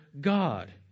God